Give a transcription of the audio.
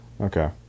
Okay